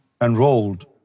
enrolled